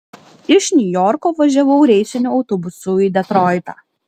iš niujorko važiavau reisiniu autobusu į detroitą